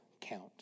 count